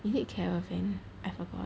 is it caravan I forgot